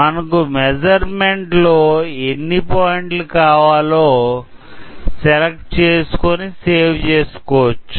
మనకు మెస్సుర్మెంట్ లో ఎన్ని పాయింట్స్ కావాలో సెలెక్ట్ చేసుకొని సేవ్ చేసుకోవచ్చు